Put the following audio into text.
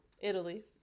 Italy